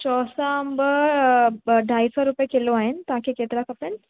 चौसा अंब ढाई सौ रुपए किलो आहिनि तव्हांखे केतिरा खपनि